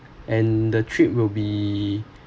and the trip will be